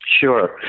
Sure